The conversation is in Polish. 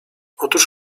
otóż